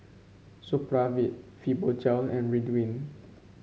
Supravit Fibogel and Ridwind